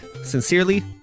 Sincerely